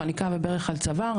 חניקה בברך על צוואר.